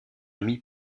ami